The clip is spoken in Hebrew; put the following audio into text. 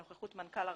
בנוכחות מנכ"ל הרשות,